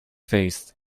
faced